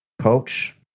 coach